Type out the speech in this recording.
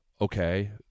Okay